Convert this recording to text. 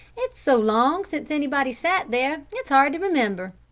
it's so long since anybody sat there, it's hard to remember.